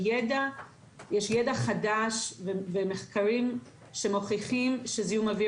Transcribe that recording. יש ידע חדש ומחקרים שמוכיחים שזיהום אוויר